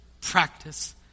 practice